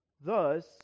thus